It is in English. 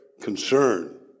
concern